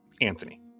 Anthony